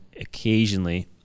occasionally